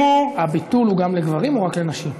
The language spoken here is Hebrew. התקיימו, הביטול הוא גם לגברים או רק לנשים?